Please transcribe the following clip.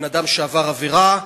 בן-אדם שעבר עבירה,